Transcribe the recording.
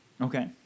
Okay